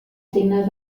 signes